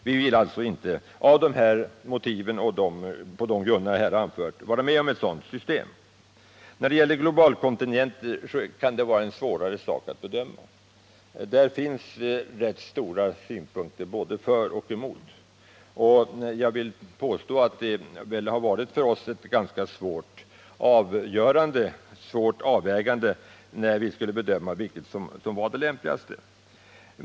På de grunder som jag här har anfört vill vi alltså inte acceptera ett sådant system. Globalkontingenterna kan det vara svårare att bedöma. Här finns det vägande synpunkter både för och emot. Jag vill påstå att det för oss varit ganska svårt att bedöma vad som var lämpligast.